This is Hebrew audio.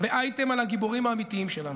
באייטם על הגיבורים האמיתיים שלנו.